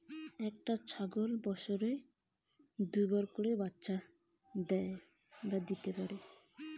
একটা ছাগল বছরে কতবার বাচ্চা দিবার পারে?